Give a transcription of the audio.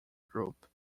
group